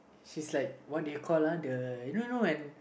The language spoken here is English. she's like what do you call uh the you know know one